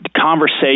conversation